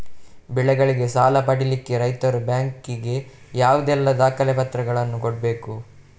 ಬೆಳೆಗಳಿಗೆ ಸಾಲ ಪಡಿಲಿಕ್ಕೆ ರೈತರು ಬ್ಯಾಂಕ್ ಗೆ ಯಾವುದೆಲ್ಲ ದಾಖಲೆಪತ್ರಗಳನ್ನು ಕೊಡ್ಬೇಕು?